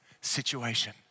situation